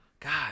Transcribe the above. God